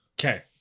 Okay